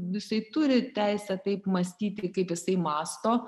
visai turi teisę taip mąstyti kaip jisai mąsto